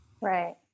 Right